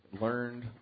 learned